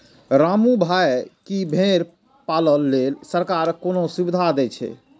रामू भाइ, की भेड़ पालन लेल सरकार कोनो सुविधा दै छै?